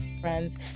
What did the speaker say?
friends